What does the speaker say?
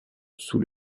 sous